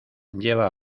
lleva